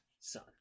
son